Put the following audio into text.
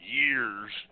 years